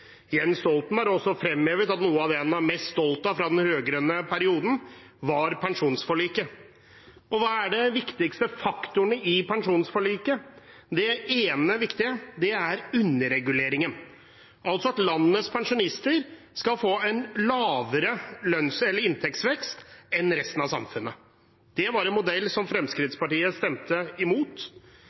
Jens Stoltenberg har for øvrig fremhevet at noe av det han er mest stolt av fra den rød-grønne perioden, er pensjonsforliket. Og hva er de viktigste faktorene i pensjonsforliket? Den ene viktige faktoren er underreguleringen, altså at landets pensjonister skal få en lavere inntektsvekst enn resten av samfunnet. Det var en modell som Fremskrittspartiet stemte imot.